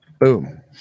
Boom